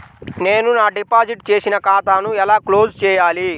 నేను నా డిపాజిట్ చేసిన ఖాతాను ఎలా క్లోజ్ చేయాలి?